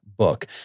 Book